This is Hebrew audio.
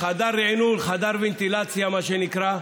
חדר ריענון, חדר ונטילציה, מה שנקרא,